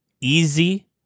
easy